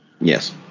Yes